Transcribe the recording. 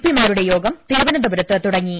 P മാരുടെ യോഗം തിരുവന്തപുരത്ത് തുടങ്ങി